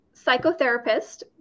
psychotherapist